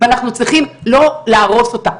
ואנחנו צריכים לא להרוס אותה.